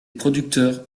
producteurs